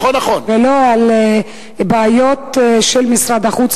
ולא על בעיות של משרד החוץ,